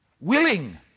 willing